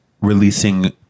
releasing